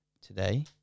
today